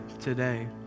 today